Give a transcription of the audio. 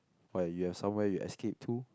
but you have somewhere you escape to